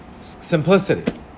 simplicity